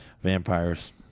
Vampires